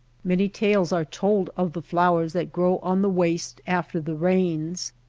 many tales are told of the flowers that grow on the waste after the rains,